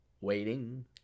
waiting